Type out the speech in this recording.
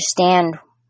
understand